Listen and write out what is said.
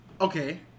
Okay